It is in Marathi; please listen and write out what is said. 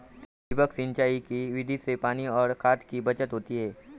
ठिबक सिंचाई की विधि से पानी और खाद की बचत होती है